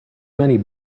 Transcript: many